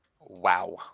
Wow